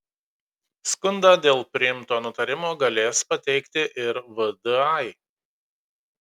skundą dėl priimto nutarimo galės pateikti ir vdai